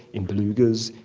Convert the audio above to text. in belugas,